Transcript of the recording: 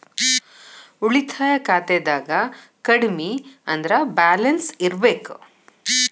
ಉಳಿತಾಯ ಖಾತೆದಾಗ ಕಡಮಿ ಅಂದ್ರ ಬ್ಯಾಲೆನ್ಸ್ ಇರ್ಬೆಕ್